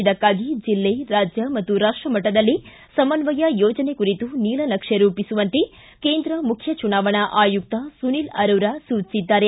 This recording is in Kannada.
ಇದಕ್ಕಾಗಿ ಜಿಲ್ಲೆ ರಾಜ್ಯ ಮತ್ತು ರಾಷ್ಷಮಟ್ಟದಲ್ಲಿ ಸಮನ್ನಯ ಯೋಜನೆ ಕುರಿತು ನಿಲನಕ್ಷೆ ರೂಪಿಸುವಂತೆ ಕೇಂದ್ರ ಮುಖ್ಯ ಚುನಾವಣಾ ಆಯುಕ್ತ ಸುನೀಲ್ ಅರೋರಾ ಸೂಚಿಸಿದ್ದಾರೆ